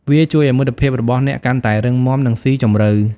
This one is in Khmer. វាជួយឱ្យមិត្តភាពរបស់អ្នកកាន់តែរឹងមាំ និងស៊ីជម្រៅ។